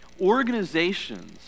organizations